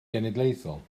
genedlaethol